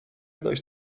dojść